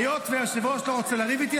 היות שהיושב-ראש לא רוצה לריב איתי,